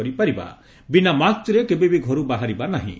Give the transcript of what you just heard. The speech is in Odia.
କରିପାରିବା ବିନା ମାସ୍କରେ କେବେବି ଘରୁ ବାହାରିବା ନାହି ଁ